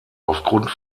aufgrund